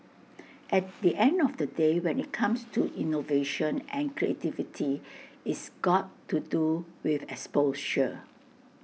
at the end of the day when IT comes to innovation and creativity it's got to do with exposure